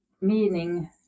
meaning